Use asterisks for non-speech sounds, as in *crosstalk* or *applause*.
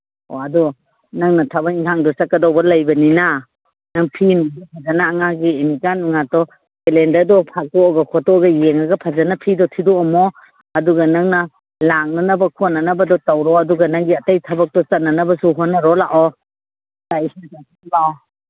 ꯑꯣ ꯑꯗꯣ ꯅꯪꯅ ꯊꯕꯛ ꯏꯟꯈꯥꯡꯗꯣ ꯆꯠꯀꯗꯧꯕ ꯂꯩꯕꯅꯤꯅ ꯅꯪ ꯐꯤ ꯅꯨꯡꯗꯣ ꯐꯖꯅ ꯑꯉꯥꯡꯒꯤ ꯑꯦꯗꯃꯤꯁꯟ ꯅꯨꯡꯂꯥꯠꯇꯣ ꯀꯦꯂꯦꯟꯗꯔꯒꯤ ꯐꯥꯛꯇꯣꯛꯑꯒ ꯈꯣꯠꯇꯣꯛꯑꯒ ꯌꯦꯡꯉꯒ ꯐꯖꯅ ꯐꯤꯗꯣ ꯊꯤꯗꯣꯛꯑꯝꯃꯣ ꯑꯗꯨꯒ ꯅꯪꯅ ꯂꯥꯡꯅꯅꯕ ꯈꯣꯠꯅꯅꯕꯗꯣ ꯇꯧꯔꯣ ꯑꯗꯨꯒ ꯅꯪꯒꯤ ꯑꯇꯩ ꯊꯕꯛꯇꯣ ꯆꯠꯅꯅꯕꯁꯨ ꯍꯣꯠꯅꯔꯣ ꯂꯥꯛꯑꯣ ꯆꯥꯛ ꯏꯁꯤꯡ *unintelligible*